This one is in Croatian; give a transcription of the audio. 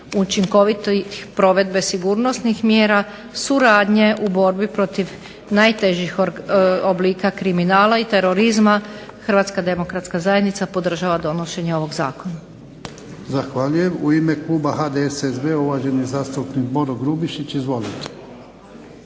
učinkovitih provedbe sigurnosnih mjera, suradnje u borbi protiv najtežih oblika kriminala i terorizma, HDZ-a podržava donošenje ovoga zakona. **Jarnjak, Ivan (HDZ)** Zahvaljujem. U ime kluba HDSSB-a uvaženi zastupnik Boro Grubišić. Izvolite.